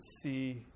see